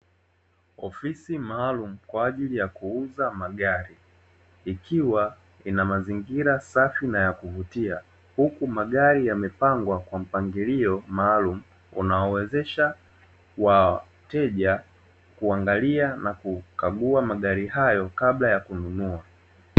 Ofisi maalumu kwa ajili ya kuuza magari ikiwa na mazingira safi na kuvutia, huku magari yamepangwa kwa mpangilio maalumu unaowezesha wateja kuangalia na kukagua magari hayo kabla ya kununua.